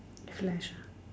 flash ah